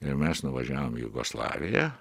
ir mes nuvažiavom į jugoslaviją